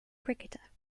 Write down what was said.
cricketer